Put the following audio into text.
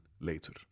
later